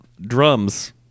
drums